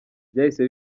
byahise